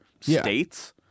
states